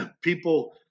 people